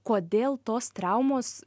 kodėl tos traumos